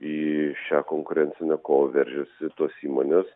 į šią konkurencinę kovą veržiasi tos įmonės